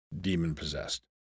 demon-possessed